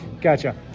Gotcha